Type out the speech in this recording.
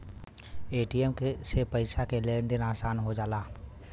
ATM से पइसा के लेन देन आसान हो जाला